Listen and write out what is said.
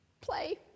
Play